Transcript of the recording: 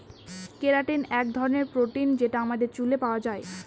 keratin এক ধরনের protein যেটা আমাদের চুলে পাওয়া যায়